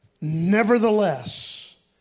Nevertheless